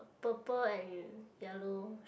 purple and yellow